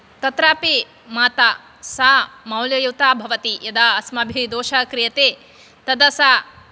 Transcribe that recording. तत्रापि माता सा मौल्ययुता भवति यदा अस्माभिः दोषः क्रियते तदा सा